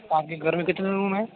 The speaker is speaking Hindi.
आपके घर में कितने रूम हैं